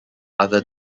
other